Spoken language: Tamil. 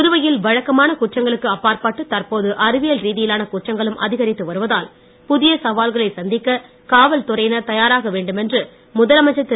புதுவையில் வழக்கமான குற்றங்களுக்கு அப்பாற்பட்டு தற்போது அறிவியல் ரீதியிலான குற்றங்களும் அதிகரித்து வருவதால் புதிய சவால்களை சந்திக்க காவல்துறையினர் தயாராக வேண்டுமென்று முதலமைச்சர் திரு